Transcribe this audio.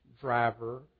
driver